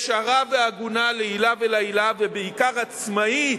ישרה והגונה לעילא ולעילא, ובעיקר עצמאית,